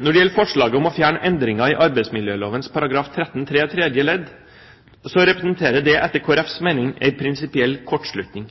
Når det gjelder forslaget om å fjerne regelen i arbeidsmiljøloven § 13-3 tredje ledd, representerer det etter Kristelig Folkepartis mening en prinsipiell kortslutning.